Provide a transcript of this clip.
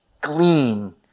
glean